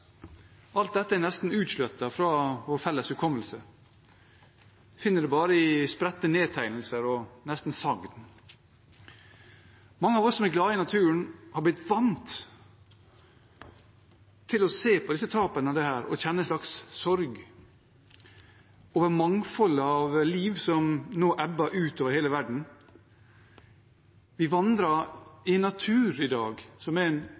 alt dette er nesten utslettet fra vår felles hukommelse. Vi finner det bare i spredte nedtegnelser – nesten sagn. Mange av oss som er glad i naturen, har blitt vant til å se på disse tapene og kjenner en slags sorg over mangfoldet av liv som nå ebber ut over hele verden. Vi vandrer i dag i en natur som er en